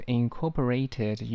incorporated